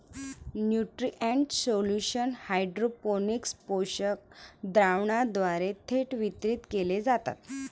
nutrient solution hydroponics पोषक द्रावणाद्वारे थेट वितरित केले जातात